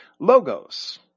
Logos